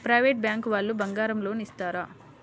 Private bank వాళ్ళు బంగారం loan ఇస్తారా?